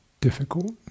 difficult